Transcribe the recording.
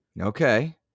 Okay